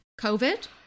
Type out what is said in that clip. COVID